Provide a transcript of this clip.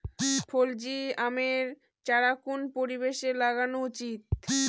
ফজলি আমের চারা কোন পরিবেশে লাগানো উচিৎ?